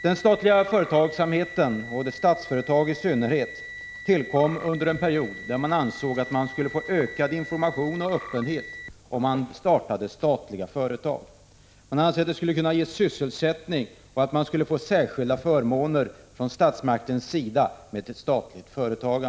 Den statliga företagsamheten och Statsföretag i synnerhet tillkom under en period då man ansåg att man skulle få ökad information och öppenhet om man startade statliga företag. Man ansåg att det skulle kunna ge sysselsättning och att statligt företagande skulle få särskilda förmåner från statsmakternas sida.